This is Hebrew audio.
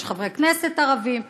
יש חברי כנסת ערבים,